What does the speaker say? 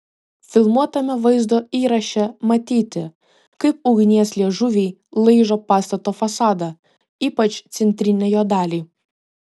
filmuotame vaizdo įraše matyti kaip ugnies liežuviai laižo pastato fasadą ypač centrinę jo dalį